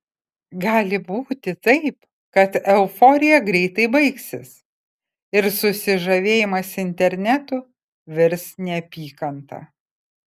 gali būti taip kad euforija greitai baigsis ir susižavėjimas internetu virs neapykanta